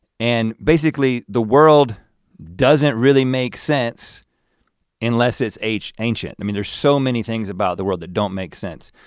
and basically, the world doesn't really make sense unless it's ancient. ancient. i mean there's so many things about the world that don't make sense.